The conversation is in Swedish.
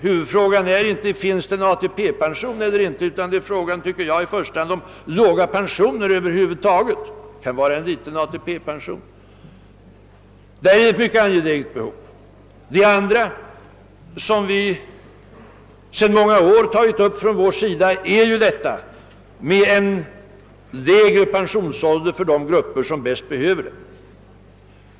Huvudfrågan är inte, om det finns ATP-pension eller inte — det kan finnas en liten ATP-pension — utan om vederbörande har låg pension över huvud taget. Det är mycket angeläget att ge dessa personer ett tillskott. Det andra som vi sedan många år tagit upp från vår sida är frågan om en lägre pensionsålder för dem som bäst behöver det.